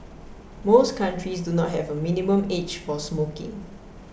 most countries do not have a minimum age for smoking